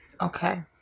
Okay